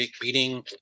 beating